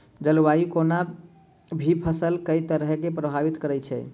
जलवायु कोनो भी फसल केँ के तरहे प्रभावित करै छै?